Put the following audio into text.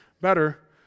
better